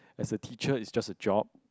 as a teacher is just a job